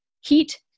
Heat